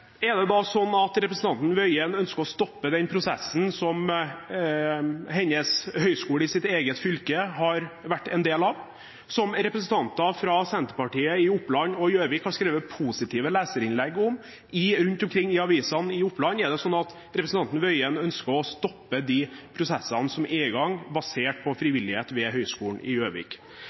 Er det da slik at representanten Tingelstad Wøien ønsker å stoppe den prosessen som høyskolen i hennes eget fylke har vært en del av, og som representanter fra Senterpartiet i Oppland og Gjøvik har skrevet positive leserinnlegg om i avisene rundt omkring i Oppland? Er det sånn at representanten Tingelstad Wøien ønsker å stoppe de prosessene som er i gang basert på frivillighet ved Høgskolen i Gjøvik?